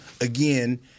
again